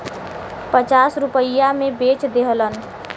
पचास रुपइया मे बेच देहलन